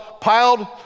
piled